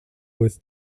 with